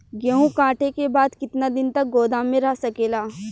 गेहूँ कांटे के बाद कितना दिन तक गोदाम में रह सकेला?